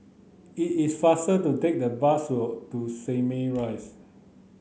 it is faster to take the bus to Simei Rise